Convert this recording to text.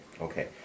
okay